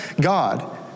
God